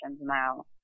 now